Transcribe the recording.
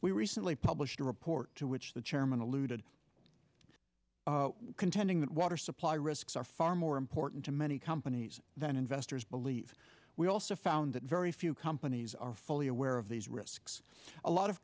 we recently published a report to which the chairman alluded contending that water supply risks are far more important to many companies than investors believe we also found that very few companies are fully aware of these risks a lot of